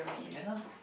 ya lah